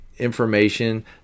information